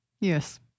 Yes